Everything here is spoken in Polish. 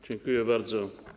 Dziękuję bardzo.